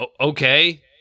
Okay